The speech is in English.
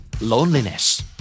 loneliness